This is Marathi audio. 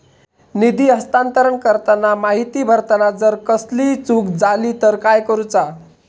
निधी हस्तांतरण करताना माहिती भरताना जर कसलीय चूक जाली तर काय करूचा?